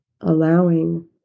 allowing